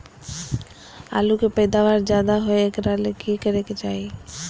आलु के पैदावार ज्यादा होय एकरा ले की करे के चाही?